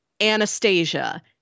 Anastasia